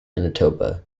manitoba